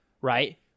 Right